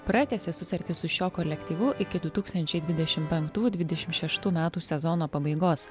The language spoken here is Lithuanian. pratęsė sutartį su šiuo kolektyvu iki du tūkstančiai dvidešim penktų dvidešim šeštų metų sezono pabaigos